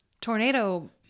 tornado